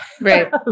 Right